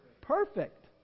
perfect